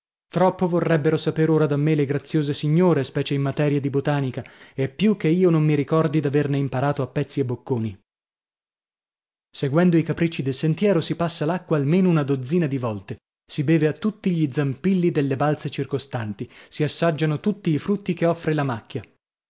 troppo vorrebbero saper ora da me le graziose signore specie in materia di botanica e più che io non mi ricordi d'averne imparato a pezzi e bocconi seguendo i capricci del sentiero si passa l'acqua almeno una dozzina di volte si beve a tutti gli zampilli delle balze circostanti si assaggiano tutti i frutti che offre la macchia